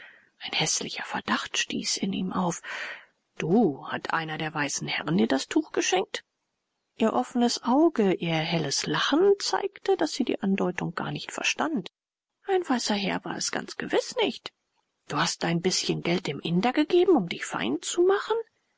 ein häßlicher verdacht stieß in ihm auf du hat einer der weißen herren dir das tuch geschenkt ihr offnes auge ihr helles lachen zeigte daß sie die andeutung gar nicht verstand ein weißer herr war es ganz gewiß nicht du hast dein bißchen geld dem inder gegeben um dich fein zu machen